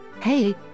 Hey